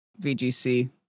vgc